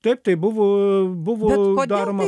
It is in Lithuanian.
taip tai buvo buvo daroma